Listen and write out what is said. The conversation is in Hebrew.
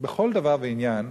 בכל דבר ועניין,